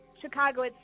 Chicago